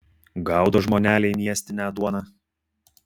gaudo žmoneliai miestinę duoną